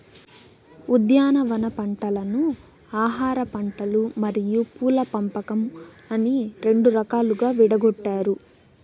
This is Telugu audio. ఉద్యానవన పంటలను ఆహారపంటలు మరియు పూల పంపకం అని రెండు రకాలుగా విడగొట్టారు